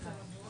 אנחנו בעד.